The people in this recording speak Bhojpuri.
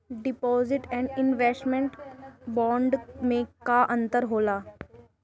डिपॉजिट एण्ड इन्वेस्टमेंट बोंड मे का अंतर होला?